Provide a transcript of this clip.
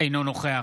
אינו נוכח